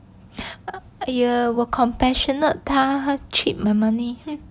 !eeyer! 我 compassionate 他他 cheat my money